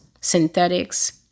synthetics